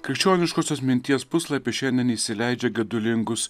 krikščioniškosios minties puslapis šiandien įsileidžia gedulingus